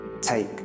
Take